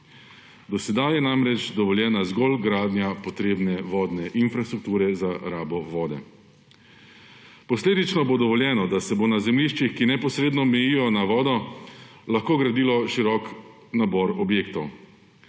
Do sedaj je namreč dovoljena zgolj gradnja potrebne vodne infrastrukture za rabo vode. Posledično bo dovoljeno, da se bo na zemljiščih, ki neposredno mejijo na vodo, lahko gradilo širok nabor objektov.